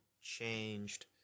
changed